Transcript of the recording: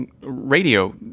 radio